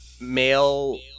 male